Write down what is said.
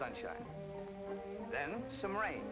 sunshine then some rain